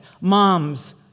moms